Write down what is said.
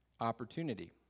opportunity